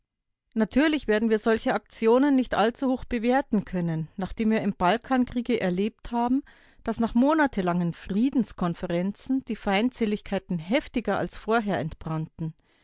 natürlich werden wir solche aktionen nicht allzu hoch bewerten können nachdem wir im balkankriege erlebt haben daß nach monatelangen friedenskonferenzen die feindseligkeiten heftiger als vorher entbrannten